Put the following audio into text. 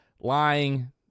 lying